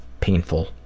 painful